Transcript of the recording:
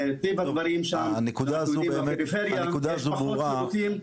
מטבע הדברים בפריפריה יש פחות שירותים.